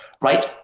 right